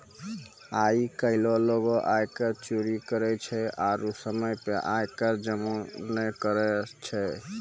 आइ काल्हि लोगें आयकर चोरी करै छै आरु समय पे आय कर जमो नै करै छै